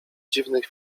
dziwnych